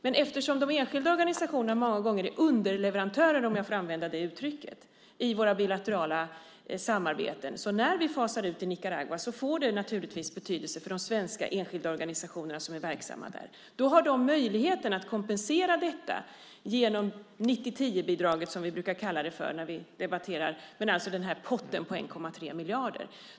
Men eftersom de enskilda organisationerna många gånger är underleverantörer, om jag får använda det uttrycket, i våra bilaterala samarbeten får en utfasning i Nicaragua naturligtvis betydelse för de svenska enskilda organisationerna som är verksamma där. De har då möjlighet att kompensera detta genom 90-10-bidraget, som vi brukar kalla det för när vi debatterar, alltså potten på 1,3 miljarder.